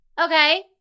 Okay